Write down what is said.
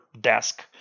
desk